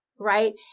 Right